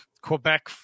Quebec